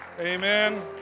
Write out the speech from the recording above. Amen